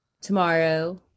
tomorrow